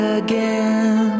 again